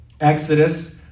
Exodus